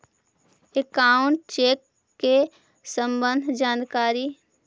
Account check के सम्बन्ध जानकारी?